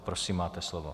Prosím, máte slovo.